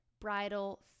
bridal